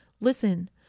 listen